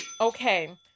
Okay